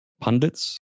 pundits